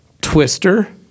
Twister